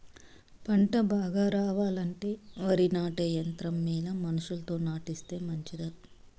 పంట బాగా రావాలంటే వరి నాటే యంత్రం మేలా మనుషులతో నాటిస్తే మంచిదా?